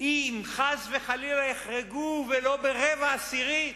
אם חס וחלילה יחרגו, ולו ברבע עשירית,